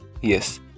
Yes